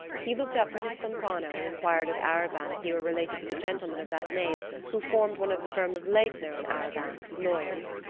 he looked up from his pompano and inquired of arobin if he were related to the gentleman of that name who formed one of the firm of laitner and arobin, lawyers.